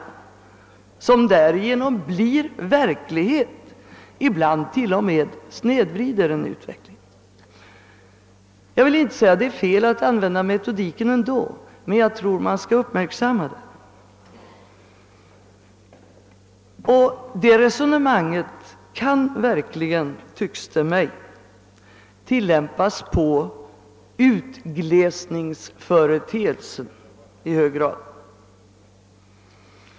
De blir därigenom verklighet, ibland till och med snedvrider de en utveckling. Jag vill inte säga att det är fel att ändå använda metodiken, men jag tror att man skall uppmärksamma detta. Det resonemanget kan, tycks det mig, tillämpas på utglesningsföreteelsen.